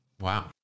Wow